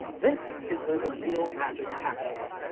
this is where the real magic happens.